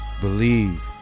Believe